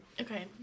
Okay